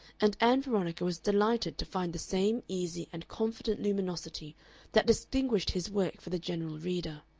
and ann veronica was delighted to find the same easy and confident luminosity that distinguished his work for the general reader.